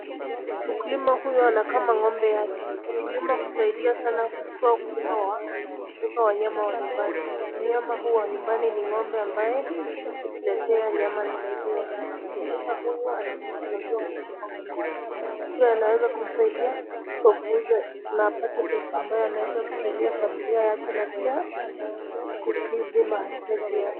Mkulima huyu anakama ng'ombe yake. Ukulima husaidia sana haswa ukulima wa kufuga wanyama wa nyumbani. Mnyama huu wa nyumbani ni ng'ombe ambaye hutuletea nyama na maziwa. Mkulima huyu anavuta maziwa kutoka kwa ng'ombe wake, nayo maziwa inaweza kumsaidia kwa kuuza na kupata pesa ambayo inaweza kusaidia familia yake na pia kukidhi mahitaji yake.